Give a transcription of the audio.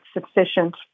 sufficient